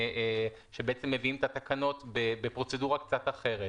שמביאים את התקנות בפרוצדורה קצת אחרת,